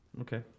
Okay